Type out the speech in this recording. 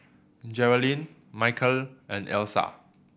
Geralyn Michal and Elsa